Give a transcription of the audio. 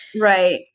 Right